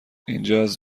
اینجااز